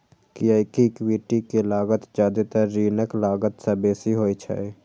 कियैकि इक्विटी के लागत जादेतर ऋणक लागत सं बेसी होइ छै